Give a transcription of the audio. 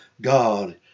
God